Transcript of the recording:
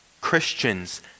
Christians